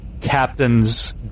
captain's